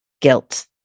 Guilt